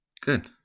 Good